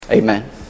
Amen